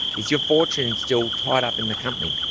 is your fortune still tied up in the company?